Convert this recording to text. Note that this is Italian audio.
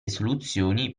soluzioni